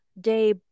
day